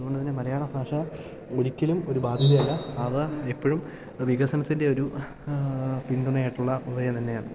അതുകൊണ്ട് തന്നെ മലയാള ഭാഷ ഒരിക്കലും ഒരു ബാധ്യതയല്ല അവ എപ്പഴും വികസനത്തിൻ്റെ ഒരു പിന്തുണയായിട്ടുള്ള ഉപായം തന്നെയാണ്